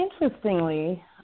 Interestingly